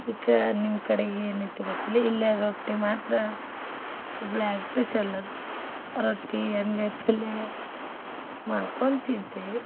ಈ ಕಡೆ ನಿಮ್ಮ ಕಡೆಗ ಏನು ಐತೋ ಗೊತ್ತಿಲ್ಲ ಇಲ್ಲೆ ರೊಟ್ಟಿ ಮಾತ್ರ ಹುಬ್ಳ್ಯಾಗ ಪೆಸ್ಸಲ್ ಅದು ರೊಟ್ಟಿ ಎಣ್ಗಾಯಿ ಪಲ್ಲೆ ಮಾಡ್ಕೊಂದ ತಿಂತೀವಿ